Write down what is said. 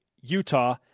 Utah